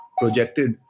projected